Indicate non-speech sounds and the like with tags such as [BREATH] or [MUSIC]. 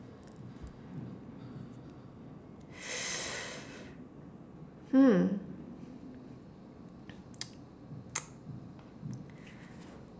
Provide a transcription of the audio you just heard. [BREATH] hmm [NOISE]